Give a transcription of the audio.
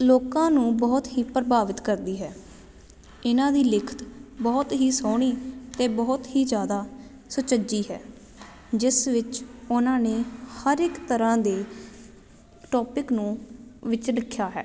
ਲੋਕਾਂ ਨੂੰ ਬਹੁਤ ਹੀ ਪ੍ਰਭਾਵਿਤ ਕਰਦੀ ਹੈ ਇਹਨਾਂ ਦੀ ਲਿਖਤ ਬਹੁਤ ਹੀ ਸੋਹਣੀ ਅਤੇ ਬਹੁਤ ਹੀ ਜ਼ਿਆਦਾ ਸੁਚੱਜੀ ਹੈ ਜਿਸ ਵਿੱਚ ਉਹਨਾਂ ਨੇ ਹਰ ਇੱਕ ਤਰ੍ਹਾਂ ਦੇ ਟੋਪਿਕ ਨੂੰ ਵਿੱਚ ਰੱਖਿਆ ਹੈ